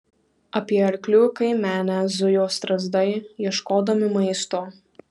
apie arklių kaimenę zujo strazdai ieškodami maisto